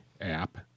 app